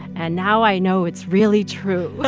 and now i know it's really true